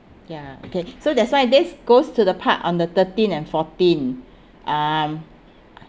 ya okay so that's why this goes to the part on the thirteen and fourteen um